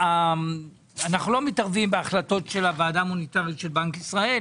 אנחנו לא מתערבים בהחלטות של הוועדה המוניטרית של בנק ישראל,